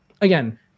again